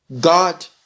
God